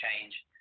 change